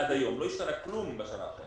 ועד היום, לא השתנה כלום בשנה האחרונה.